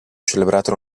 celebrato